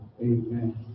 Amen